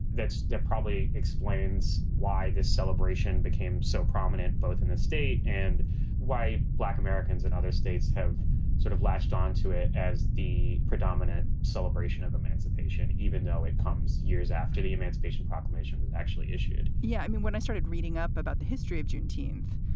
that's probably explains why this celebration became so prominent both in the state and why black americans and other states have sort of latched on to it as the predominant celebration of emancipation, even though it comes years after the emancipation proclamation was actually issued yeah, i mean, when i started reading up about the history of juneteenth,